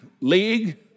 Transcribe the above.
League